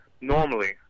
normally